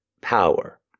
Power